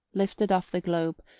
lifted off the globe,